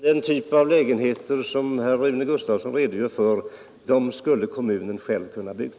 Herr talman! Den typ av lägenheter som herr Rune Gustavsson redogör för skulle kommunen själv kunna bygga.